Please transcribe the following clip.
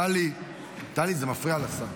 טלי, טלי, זה מפריע לשר.